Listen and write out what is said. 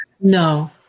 No